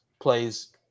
plays